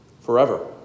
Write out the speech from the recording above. forever